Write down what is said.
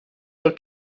sûr